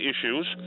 issues